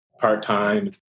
part-time